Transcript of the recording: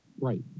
Right